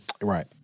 Right